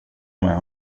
med